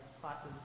classes